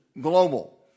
global